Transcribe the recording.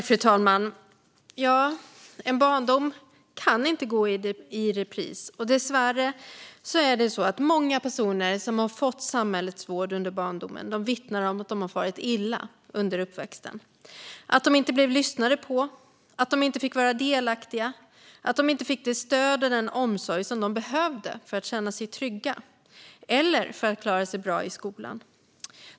Fru talman! En barndom kan inte gå i repris. Dessvärre är det många personer som har fått samhällets vård under barndomen som vittnar om att de har farit illa under uppväxten. De vittnar om att de inte blev lyssnade på, att de inte fick vara delaktiga och att de inte fick det stöd och den omsorg som de behövde för att känna sig trygga eller för att klara sig bra i skolan.